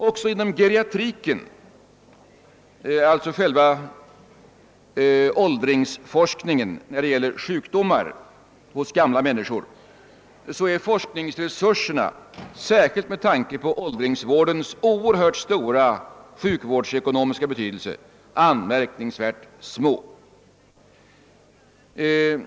Också inom geriatriken, alltså forskningen beträffande sjukdomar hos gamla människor, är forskningsresurserna särskilt med tanke på åldringsvårdens oerhört stora sjukvårdsekonomiska betydelse anmärkningsvärt små.